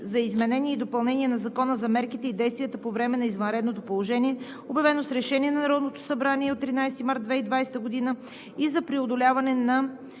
за изменение и допълнение на Закона за мерките и действията по време на извънредното положение, обявено с Решение на Народното събрание от 13 март 2020 г. и за преодоляване на